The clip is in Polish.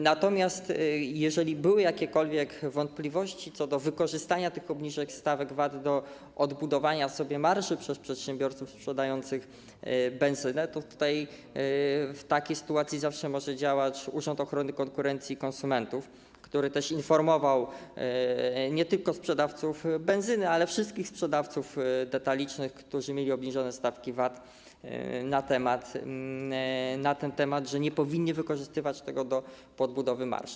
Natomiast jeżeli były jakiekolwiek wątpliwości co do wykorzystania obniżek stawek VAT do odbudowania sobie marży przez przedsiębiorców sprzedających benzynę, to w takiej sytuacji zawsze może działać Urząd Ochrony Konkurencji i Konsumentów, który informował nie tylko sprzedawców benzyny, ale też wszystkich sprzedawców detalicznych, którzy mieli obniżone stawki VAT, na temat, że nie powinni wykorzystywać tego do podbudowy marży.